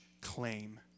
claim